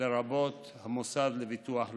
לרבות המוסד לביטוח לאומי.